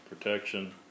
protection